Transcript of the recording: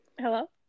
Hello